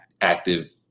active